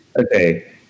okay